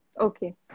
okay